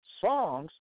Songs